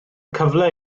cyfle